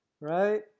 Right